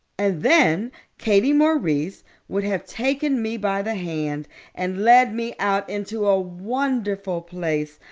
and then katie maurice would have taken me by the hand and led me out into a wonderful place,